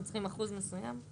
הם צריכים אחוז מסוים.